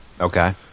Okay